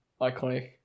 iconic